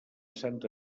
santa